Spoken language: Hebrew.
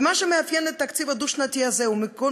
ומה שמאפיין את התקציב הדו-שנתי הזה מעל